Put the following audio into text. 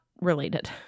related